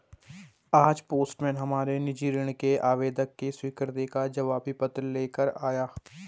आज पोस्टमैन हमारे निजी ऋण के आवेदन की स्वीकृति का जवाबी पत्र ले कर आया